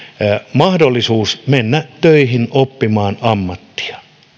mahdollisuus mennä töihin oppimaan ammattia